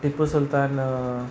Tipu Sultan